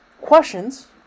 questions